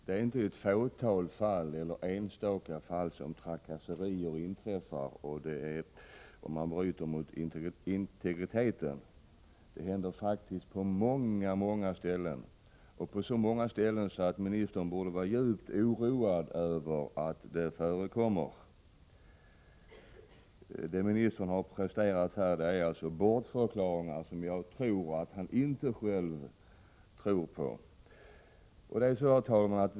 Det är inte i ett fåtal fall eller i enstaka fall som trakasserier inträffar och som man bryter mot integriteten. Det händer faktiskt på många, många ställen. Det händer på så många ställen att ministern borde vara djupt oroad över att det förekommer. Ministern har här presterat bortförklaringar som han enligt min mening inte själv kan tro på. Herr talman!